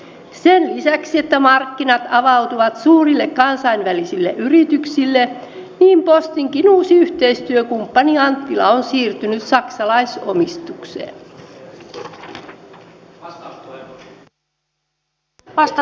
sen lisäksi että markkinat avautuvat suurille kansainvälisille yrityksille postinkin uusi yhteistyökumppani anttila on siirtynyt saksalaisomistukseen